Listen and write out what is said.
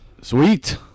sweet